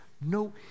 No